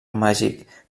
màgic